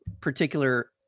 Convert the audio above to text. particular